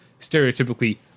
stereotypically